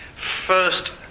first